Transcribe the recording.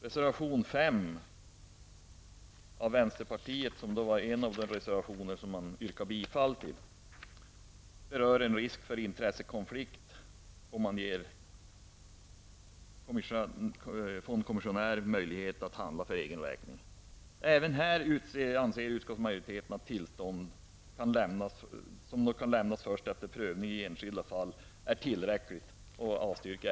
Reservation 5 av vänsterpartiet -- det var en av de reservationer som man yrkade bifall till -- berör den risk för intressekonflikt som kan uppstå om fondkommissionärer ges möjlighet att handla för egen räkning. Även här anser utskottsmajoriteten att det är tillräckligt att tillstånd lämnas först efter prövning i det enskilda fallet. Reservationen avstyrkes.